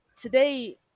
today